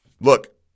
look